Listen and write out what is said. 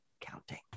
counting